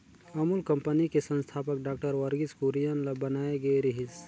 Amul company के संस्थापक doctor Verghese Kurien ल बनाए गे रिहिस